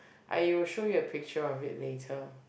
I will show you a picture of it later